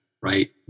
right